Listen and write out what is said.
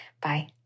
Bye